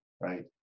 Right